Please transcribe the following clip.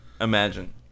Imagine